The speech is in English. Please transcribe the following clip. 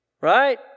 right